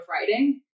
writing